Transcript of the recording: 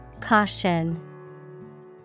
Caution